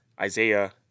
Isaiah